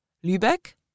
Lübeck